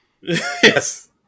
Yes